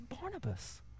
Barnabas